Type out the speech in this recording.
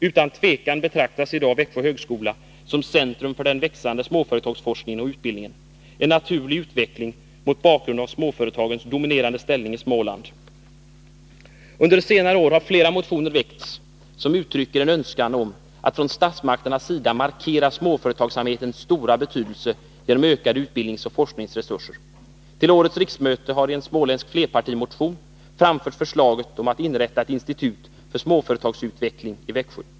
Utan tvivel betraktas Växjö högskola i dag som centrum för den växande småföretagsforskningen och utbildningen — en naturlig utveckling mot bakgrund av Under senare år har flera motioner väckts som uttrycker en önskan om att från statsmakternas sida markera småföretagsamhetens stora betydelse genom ökade utbildningsoch forskningsresurser. Till årets riksmöte har i en småländsk flerpartimotion framförts förslaget om att inrätta ett institut för småföretagsutveckling i Växjö.